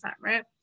right